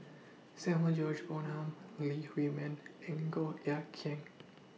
Samuel George Bonham Lee Huei Min and Goh Eck Kheng